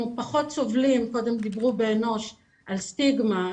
קודם דיברו באנוש על סטיגמה.